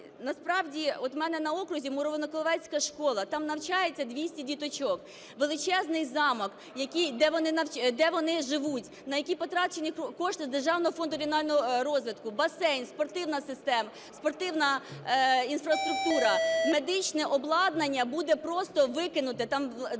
насправді, в мене на окрузі Мурованокуриловецька школа, там навчаються 200 діточок. Величезний замок, де вони живуть, на який потрачені кошти Державного фонду регіонального розвитку, басейн, спортивна система, спортивна інфраструктура, медичне обладнання буде просто викинуте, там дуже